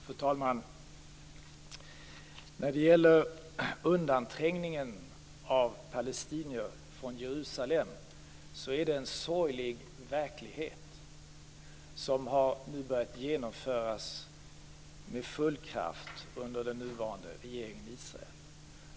Fru talman! Undanträngningen av palestinier från Jerusalem är en sorglig verklighet. Den har börjat genomföras med full kraft under den nuvarande regeringen i Israel.